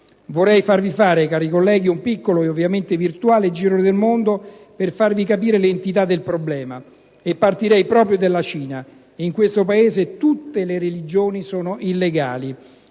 vorrei farvi fare un piccolo, e ovviamente virtuale, giro del mondo per farvi capire l'entità del problema. Partirei proprio dalla Cina. In questo Paese tutte le religioni sono illegali.